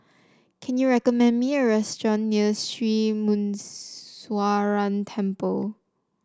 can you recommend me a restaurant near Sri Muneeswaran Temple